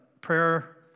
prayer